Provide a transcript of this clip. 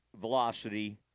velocity